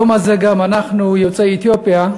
את היום הזה אנחנו, יוצאי אתיופיה,